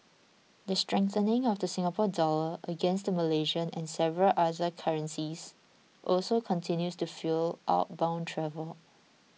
the strengthening of the Singapore Dollar against the Malaysian and several other currencies also continues to fuel outbound travel